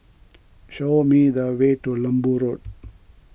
show me the way to Lembu Road